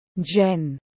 Jen